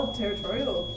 territorial